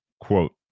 quote